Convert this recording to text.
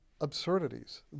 absurdities